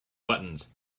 buttons